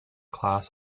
class